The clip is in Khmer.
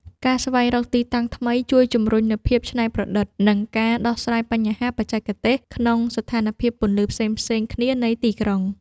ការស្វែងរកទីតាំងថ្មីៗជួយជម្រុញនូវភាពច្នៃប្រឌិត និងការដោះស្រាយបញ្ហាបច្ចេកទេសក្នុងស្ថានភាពពន្លឺផ្សេងៗគ្នានៃទីក្រុង។